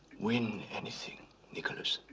win anything nicholas.